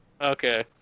Okay